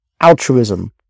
altruism